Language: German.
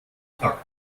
takt